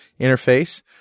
interface